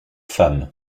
femme